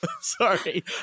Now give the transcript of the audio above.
Sorry